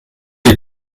les